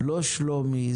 לא שלומי,